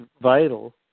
vital